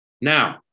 Now